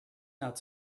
not